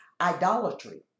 idolatry